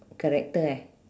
character eh